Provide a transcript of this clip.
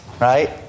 right